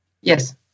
Yes